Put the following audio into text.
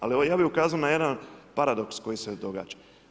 Ali ja bih ukazao na jedan paradoks koji se događa.